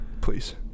please